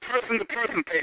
person-to-person